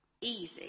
Easy